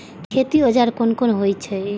खेती औजार कोन कोन होई छै?